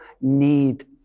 need